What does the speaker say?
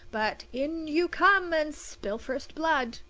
but in you come, and spill first blood.